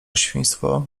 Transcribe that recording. świństwo